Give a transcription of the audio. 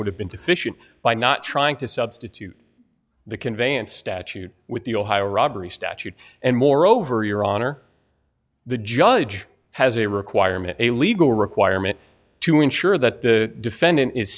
would have been deficient by not trying to substitute the conveyance statute with the ohio robbery statute and moreover your honor the judge has a requirement a legal requirement to ensure that the defendant is